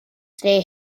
stay